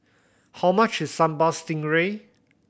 how much is Sambal Stingray